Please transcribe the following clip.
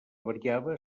variava